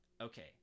okay